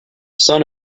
son